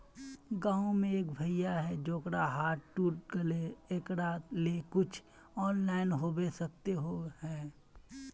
गाँव में एक भैया है जेकरा हाथ टूट गले एकरा ले कुछ ऑनलाइन होबे सकते है?